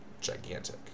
gigantic